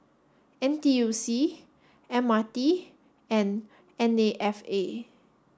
N T U C M R T and N A F A